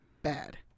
Bad